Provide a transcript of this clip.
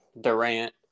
Durant